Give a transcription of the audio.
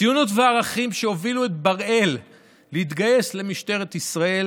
ציונות וערכים שהובילו את בראל להתגייס למשטרת ישראל